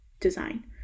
design